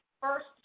first